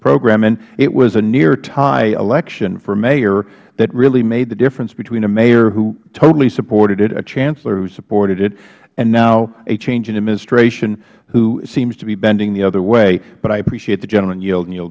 program and it was a near tie election for mayor that really made the difference between a mayor who totally supported it a chancellor who supported it and now a change in administration who seems to be bending the other way but i appreciate the gentleman y